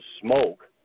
smoke